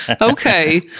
okay